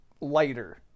lighter